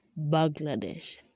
Bangladesh